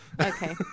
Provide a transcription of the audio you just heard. Okay